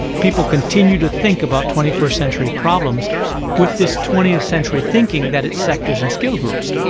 people continue to think about twenty first century problems with this twentieth century thinking, that it's sectors and skill groups.